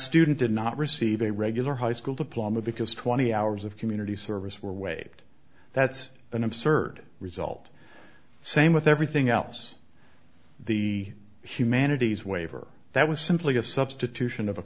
student did not receive a regular high school diploma because twenty hours of community service were waved that's an absurd result same with everything else the humanities waiver that was simply a substitution of a